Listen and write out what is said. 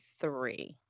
three